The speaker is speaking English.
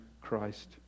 Christ